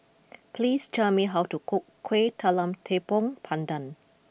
please tell me how to cook Kueh Talam Tepong Pandan